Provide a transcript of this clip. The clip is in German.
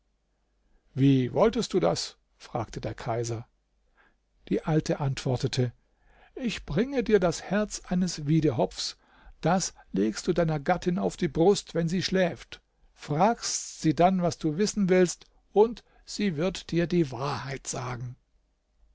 wie wolltest du das fragte der kaiser die alte antwortete ich bringe dir das herz eines wiedehopfs das legst du deiner gattin auf die brust wenn sie schläft fragst sie dann was du wissen willst und sie wird dir die wahrheit sagen